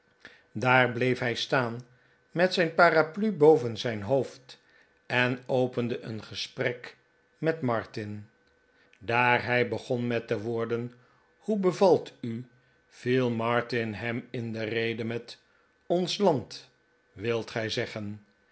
daar bleef hij staan met zijn paraplu boven zijn hoofd en opende een gesprek met martin daar hij begon met de woorden hoe bevalt u viel martin hem in de rede met ons land wilt gij zeggen